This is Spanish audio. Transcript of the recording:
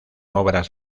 obras